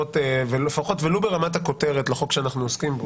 ולו ברמת הכותרת, לחוק שאנחנו עוסקים בו,